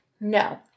No